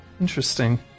Interesting